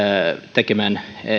tekemää